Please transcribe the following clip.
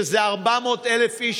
שזה 400,000 איש,